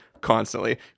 constantly